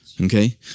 Okay